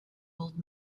old